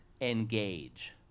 engage